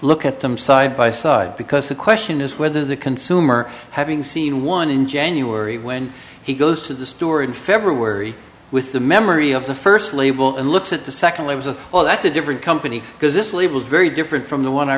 look at them side by side because the question is whether the consumer having seen one in january when he goes to the store in february with the memory of the first label and looks at the second lives of all that's a different company because this lead was very different from the one i